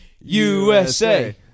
USA